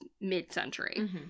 mid-century